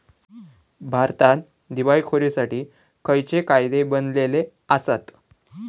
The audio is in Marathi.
भारतात दिवाळखोरीसाठी खयचे कायदे बनलले आसत?